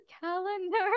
calendar